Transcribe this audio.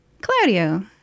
Claudio